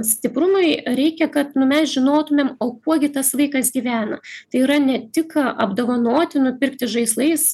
stiprumui reikia kad nu mes žinotumėm o kuo gi tas vaikas gyvena tai yra ne tik apdovanoti nupirkti žaislais